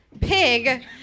pig